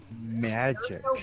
Magic